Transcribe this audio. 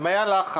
אם היה לחץ